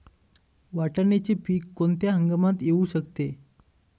वाटाण्याचे पीक कोणत्या हंगामात येऊ शकते?